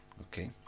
Okay